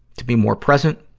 to be more present.